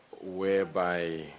whereby